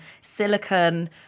silicon